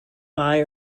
buy